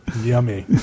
Yummy